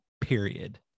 period